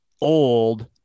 old